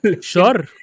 Sure